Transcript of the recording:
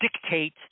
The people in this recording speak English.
dictate